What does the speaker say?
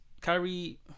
Kyrie